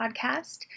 Podcast